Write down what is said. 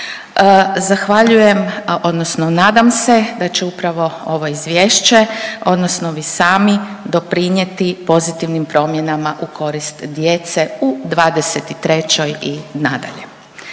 Zahvaljujem odnosno nadam se da će upravo ovo izvješće odnosno vi sami doprinijeti pozitivnim promjenama u korist djece u '23. i nadalje.